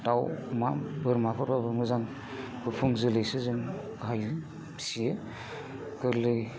दाउ अमा बोरमाफोरब्लाबो जों मोजां गुफुं जोलैसो जों फियो गोरलै